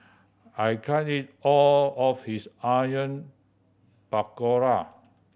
I can't eat all of this Onion Pakora